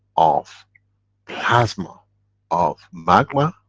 of plasma of magma,